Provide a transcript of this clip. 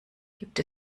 gibt